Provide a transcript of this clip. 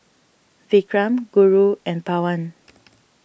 Vikram Guru and Pawan